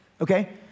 Okay